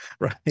Right